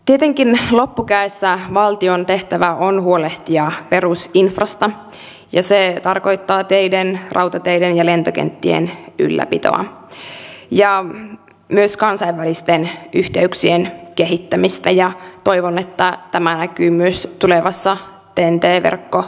no tietenkin loppukädessä valtion tehtävä on huolehtia perusinfrasta ja se tarkoittaa teiden rautateiden ja lentokenttien ylläpitoa ja myös kansainvälisten yhteyksien kehittämistä ja toivon että tämä näkyy myös tulevassa ten t verkkohaussa